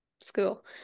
school